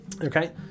Okay